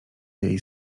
jej